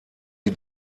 die